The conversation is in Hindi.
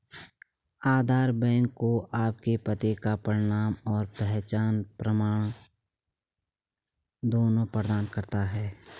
आधार बैंक को आपके पते का प्रमाण और पहचान प्रमाण दोनों प्रदान करता है